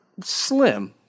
slim